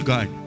God